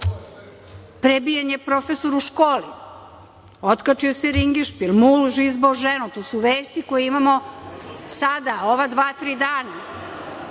prebijen je profesor u školi, otkačio se ringišpil, muž izboo ženu, to su vesti koje imamo sada ova dva, tri dana.